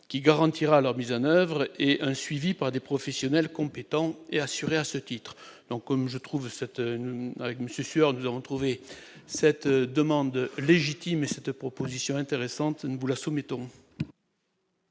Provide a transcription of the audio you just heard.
qui garantira leur mise en oeuvre et un suivi par des professionnels compétents et assuré à ce titre-donc comme je trouve cette avec monsieur Sueur nous avons trouvé cette demande légitime cette proposition intéressante, nous leur soumettons.